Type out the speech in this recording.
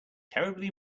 terribly